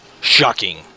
Shocking